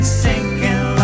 sinking